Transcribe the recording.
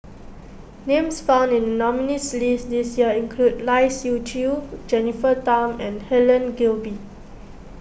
names found in the nominees' list this year include Lai Siu Chiu Jennifer Tham and Helen Gilbey